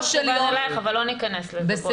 זה לא היה מכוון אלייך, אבל לא ניכנס לזה, בואי.